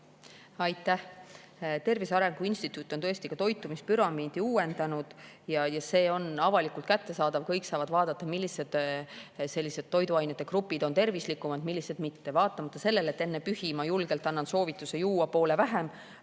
Aitäh! Tervise Arengu Instituut on tõesti ka toitumispüramiidi uuendanud ja see on avalikult kättesaadav. Kõik saavad vaadata, millised toiduainete grupid on tervislikumad, millised mitte. Vaatamata sellele, et enne pühi annan ma julgelt soovituse juua poole vähem,